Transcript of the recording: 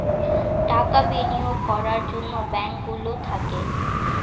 টাকা বিনিয়োগ করার জন্যে ব্যাঙ্ক গুলো থাকে